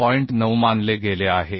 9 मानले गेले आहे